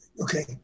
Okay